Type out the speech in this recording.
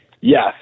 Yes